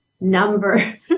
number